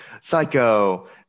Psycho